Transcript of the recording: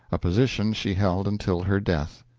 a position she held until her death.